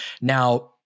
Now